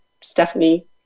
Stephanie